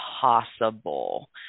possible